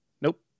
Nope